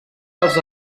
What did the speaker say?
dels